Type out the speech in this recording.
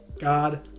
God